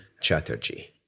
Chatterjee